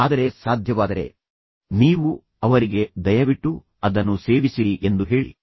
ಆದರೆ ಸಾಧ್ಯವಾದರೆ ನೀವು ಅವರಿಗೆ ಸ್ವಲ್ಪ ತಂಪಾದ ನೀರನ್ನು ಕುಡಿಯಬಹುದೇ ನಾನು ಅದನ್ನು ನಿಮಗಾಗಿ ತರುತ್ತೇನೆ ದಯವಿಟ್ಟು ಅದನ್ನು ಸೇವಿಸಿರಿ ಎಂದು ಹೇಳಿ